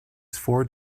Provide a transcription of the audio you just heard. four